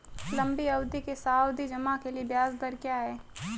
लंबी अवधि के सावधि जमा के लिए ब्याज दर क्या है?